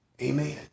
Amen